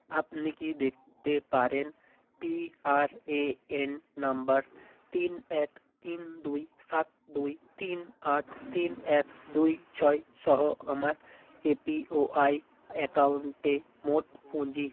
আপনি কি দেখতে পারেন পিআরএএন নাম্বার তিন এক তিন দুই সাত দুই তিন আট তিন এক দুই ছয় সহ আমার এপিওয়াই অ্যাকাউন্টে মোট পুঁজি